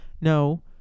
no